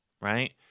right